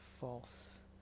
false